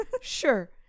sure